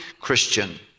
Christian